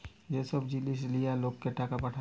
যে সব জিনিস দিয়া লোককে টাকা পাঠায়